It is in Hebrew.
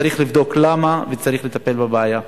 צריך לבדוק למה וצריך לטפל בבעיה.